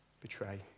betray